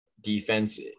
defense